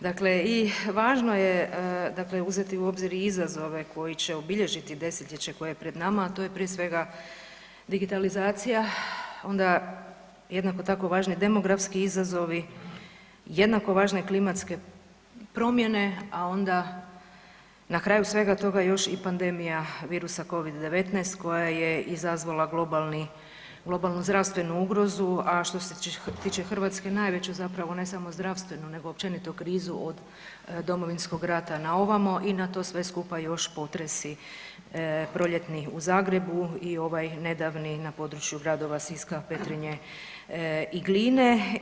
Dakle i važno je uzeti u obzir izazove koji će obilježiti desetljeće koje je pred nama a to je prije svega digitalizacija, onda jednako tako važni demografski izazovi, jednako važne klimatske promjene a onda na kraju svega toga još i pandemija virusa covid-19 koja je izazvala globalnu zdravstvenu ugrozu, a što se tiče Hrvatske najveću ne samo zdravstvenu nego općenito krizu od Domovinskog rata na ovamo i na to sve skupa još potresi proljetni u Zagrebu i ovaj nedavni na području gradova Siska, Petrinje i Gline.